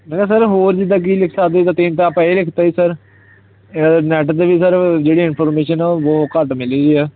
ਮੈਂ ਕਿਹਾ ਸਰ ਹੋਰ ਜਿੱਦਾਂ ਕਿ ਲਿਖ ਸਕਦੇ ਜਿੱਦਾਂ ਤਿੰਨ ਤਾਂ ਆਪਾਂ ਇਹ ਲਿਖ ਦਿੱਤੇ ਜੀ ਸਰ ਨੈੱਟ 'ਤੇ ਵੀ ਸਰ ਜਿਹੜੀਆਂ ਇਨਫੋਰਮੇਸ਼ਨ ਆ ਉਹ ਬਹੁਤ ਘੱਟ ਮਿਲੀ ਆ